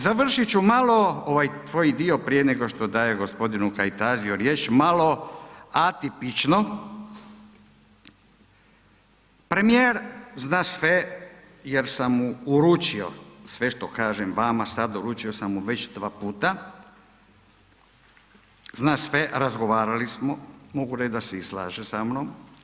Završiti ću malo ovaj svoj dio prije nego što dam gospodinu Kajtaziju riječ, malo atipično, premijer zna sve jer sam mu uručio sve što kažem vama sad uručio sam mu već dva puta, zna sve, razgovarali smo, mogu reći da se i slaže samnom.